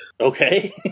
Okay